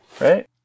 right